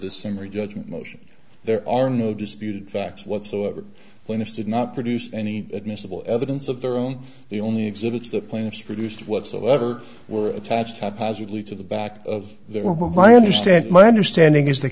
or judgment motion there are no disputed facts whatsoever when it's did not produce any admissible evidence of their own the only exhibits the plaintiffs produced whatsoever were attached haphazardly to the back of they were my understand my understanding is the